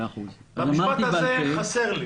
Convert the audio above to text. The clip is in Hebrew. המשפט הזה חסר.